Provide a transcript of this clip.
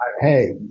hey